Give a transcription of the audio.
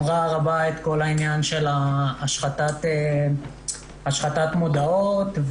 העניין של השחתת מודעות,